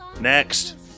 Next